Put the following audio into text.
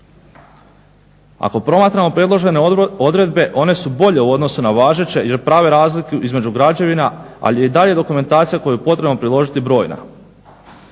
Ako promatramo predložene odredbe one su bolje u odnosu na važeće, jer prave razlike između građevina, ali je i dalje dokumentacija koju je potrebno priložiti brojna.